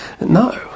No